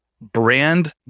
brand